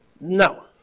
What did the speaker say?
No